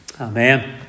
Amen